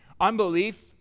Unbelief